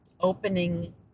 opening